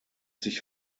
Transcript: sich